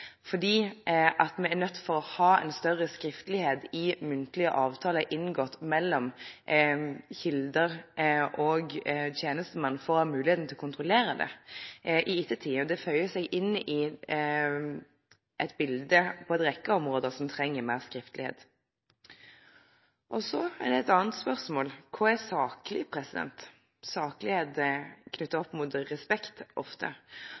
Vi er nødt til å ha en større grad av skriftlighet i muntlige avtaler inngått mellom kilder og tjenestemenn for å ha muligheten til å kontrollere det i ettertid. Det føyer seg inn i et bilde av en rekke områder som trenger mer skriftlighet. Så er det et annet spørsmål: Hva er saklig? Saklighet er ofte